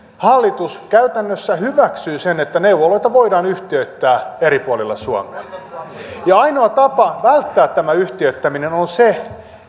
hallitus käytännössä hyväksyy sen että neuvoloita voidaan yhtiöittää eri puolilla suomea ja ainoa tapa välttää tämä yhtiöittäminen on se